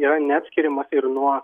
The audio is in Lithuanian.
yra neatskiriamas ir nuo